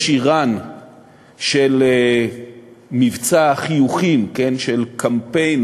יש איראן של מבצע החיוכים, של קמפיין